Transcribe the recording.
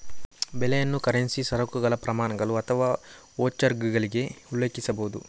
ಬೆಲೆಯನ್ನು ಕರೆನ್ಸಿ, ಸರಕುಗಳ ಪ್ರಮಾಣಗಳು ಅಥವಾ ವೋಚರ್ಗಳಿಗೆ ಉಲ್ಲೇಖಿಸಬಹುದು